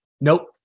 Nope